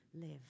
live